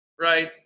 right